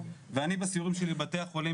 ואני בסיבוב שלי של בתי החולים,